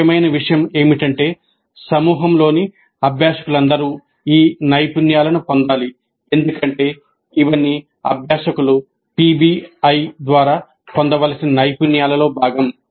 ముఖ్యమైన విషయం ఏమిటంటే సమూహంలోని అభ్యాసకులందరూ ఈ నైపుణ్యాలను పొందాలి ఎందుకంటే ఇవన్నీ అభ్యాసకులు పిబిఐ ద్వారా పొందవలసిన నైపుణ్యాలలో భాగం